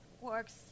works